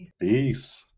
Peace